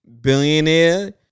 billionaire